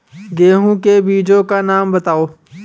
गेहूँ के बीजों के नाम बताओ?